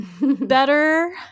better